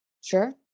Sure